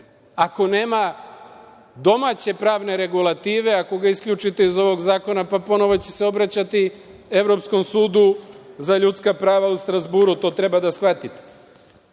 Ako nema domaće pravne regulative, ako ga isključite iz ovog zakona, ponovo će se obraćati Evropskom suda za ljudska prava u Strazburu, to treba da shvatite. Stav